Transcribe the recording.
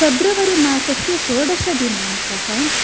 फेब्रवरी मासस्य षोडशदिनाङ्कः